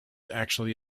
actually